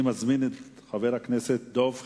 אני מזמין את חבר הכנסת דב חנין.